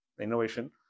innovation